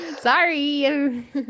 sorry